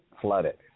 flooded